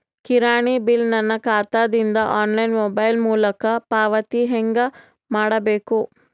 ಕಿರಾಣಿ ಬಿಲ್ ನನ್ನ ಖಾತಾ ದಿಂದ ಆನ್ಲೈನ್ ಮೊಬೈಲ್ ಮೊಲಕ ಪಾವತಿ ಹೆಂಗ್ ಮಾಡಬೇಕು?